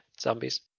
zombies